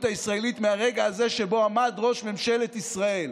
הישראלית מהרגע הזה שבו עמד ראש ממשלת ישראל